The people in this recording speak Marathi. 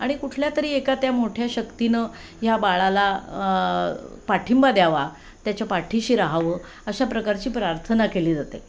आणि कुठल्या तरी एका त्या मोठ्या शक्तीनं ह्या बाळाला पाठिंबा द्यावा त्याच्या पाठीशी राहावं अशा प्रकारची प्रार्थना केली जाते